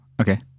Okay